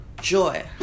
joy